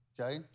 okay